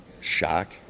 shock